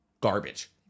garbage